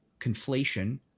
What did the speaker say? conflation